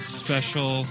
special